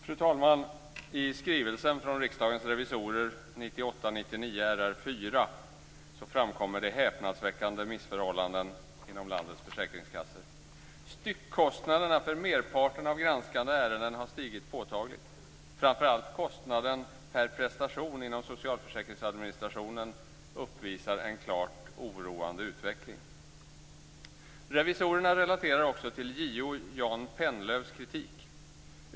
Fru talman! I skrivelsen från Riksdagens revisorer 1998/99:RR4 framkommer häpnadsväckande missförhållanden inom landets försäkringskassor. Styckkostnaderna för merparten av de granskade ärendena har stigit påtagligt. Framför allt kostnaderna per prestation inom socialförsäkringsadministrationen uppvisar en klart oroande utveckling. Revisorerna relaterar också till JO Jan Pennlövs kritik.